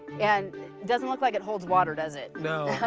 and doesn't look like it holds water, does it? no,